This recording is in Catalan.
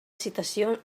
citació